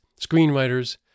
screenwriters